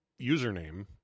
username